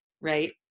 right